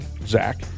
Zach